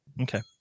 Okay